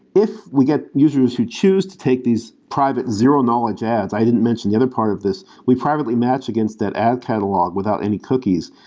if we get users who choose to take these private zero-knowledge ads i didn't mention the other part of this, we privately match against that ad catalog without any cookies.